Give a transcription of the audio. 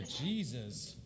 Jesus